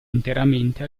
interamente